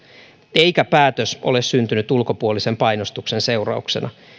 eikä päätös ole syntynyt ulkopuolisen painostuksen seurauksena